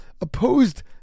opposed